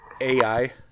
ai